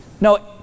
no